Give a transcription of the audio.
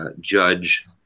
Judge